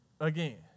again